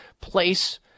place